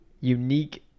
unique